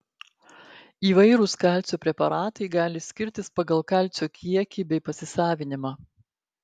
įvairūs kalcio preparatai gali skirtis pagal kalcio kiekį bei pasisavinimą